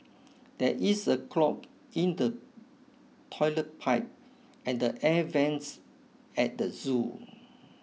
there is a clog in the toilet pipe and the air vents at the zoo